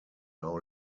now